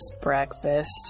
breakfast